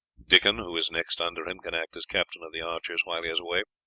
dickon, who is next under him, can act as captain of the archers while he is away.